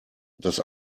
das